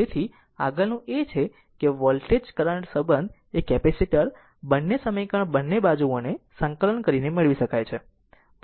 તેથી આગળનું એ છે કે વોલ્ટેજ કરંટ સંબંધ એ કેપેસિટર બંને સમીકરણની બંને બાજુઓને સંકલન કરીને મેળવી શકાય છે